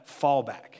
fallback